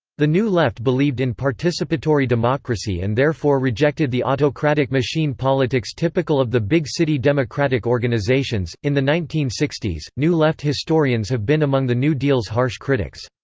the new left believed in participatory democracy and therefore rejected the autocratic machine politics typical of the big city democratic organizations in the nineteen sixty s, new left historians have been among the new deal's harsh critics.